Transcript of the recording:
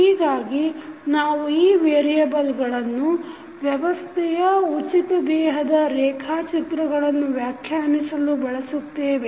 ಹೀಗಾಗಿ ನಾವು ಈ ವೇರಿಯೆಬಲ್ಗಳನ್ನು ವ್ಯವಸ್ಥೆಯ ಉಚಿತ ದೇಹದ ರೇಖಾಚಿತ್ರಗಳನ್ನು ವ್ಯಾಖ್ಯಾನಿಸಲು ಬಳಸುತ್ತೇವೆ